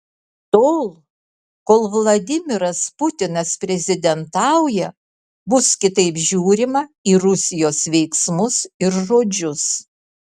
tol kol vladimiras putinas prezidentauja bus kitaip žiūrima į rusijos veiksmus ir žodžius